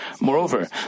Moreover